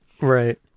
Right